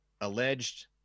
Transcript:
alleged